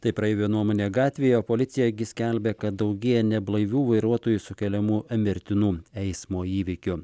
tai praeivio nuomonė gatvėje policija gi skelbia kad daugėja neblaivių vairuotojų sukeliamų mirtinų eismo įvykių